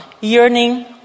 yearning